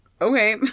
Okay